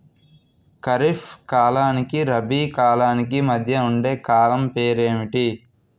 ఖరిఫ్ కాలానికి రబీ కాలానికి మధ్య ఉండే కాలం పేరు ఏమిటి?